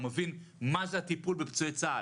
הוא מבין מה זה הטיפול בפצועי צה"ל.